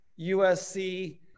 USC